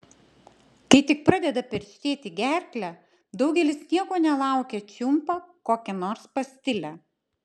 kai tik pradeda perštėti gerklę daugelis nieko nelaukę čiumpa kokią nors pastilę